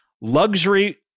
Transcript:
luxury